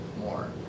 more